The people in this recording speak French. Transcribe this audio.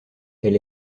elle